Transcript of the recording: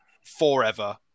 forever